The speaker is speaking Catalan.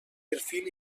perfil